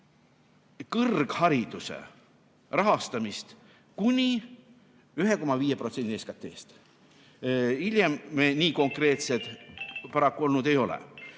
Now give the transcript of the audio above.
kõrghariduse rahastamist kuni 1,5%‑ni SKT-st. Hiljem me nii konkreetsed paraku olnud ei ole.